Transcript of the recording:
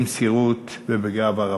במסירות ובגאווה רבה.